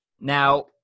Now